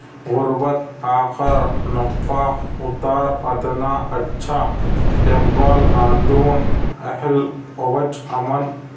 غربت آخر نِفاق اُتار ادنیٰ اچھا اقبال اندرون اہل عوج امن